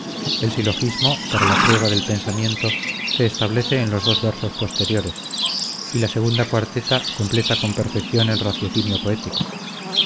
el silogismo para la prueba del pensamiento se establece en los dos versos posteriores y la segunda cuarteta completa con perfección el raciocinio poético